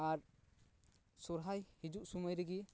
ᱟᱨ ᱥᱚᱦᱚᱨᱟᱭ ᱦᱤᱡᱩᱜ ᱥᱳᱢᱳᱭ ᱨᱮᱜᱮ